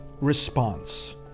response